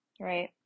right